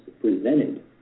presented